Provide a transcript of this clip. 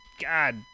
God